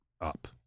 up